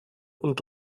und